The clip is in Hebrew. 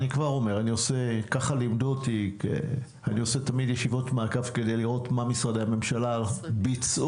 אני עושה תמיד ישיבות מעקב כדי לראות מה משרדי הממשלה ביצעו,